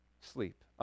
sleep